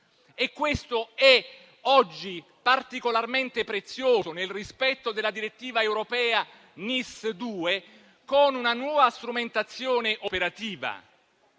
Questo è, oggi, particolarmente prezioso nel rispetto della direttiva europea NIS2, con una nuova strumentazione operativa,